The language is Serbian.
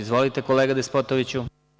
Izvolite, kolega Despotoviću.